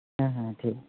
ᱦᱮᱸ ᱦᱮᱸ ᱴᱷᱤᱠ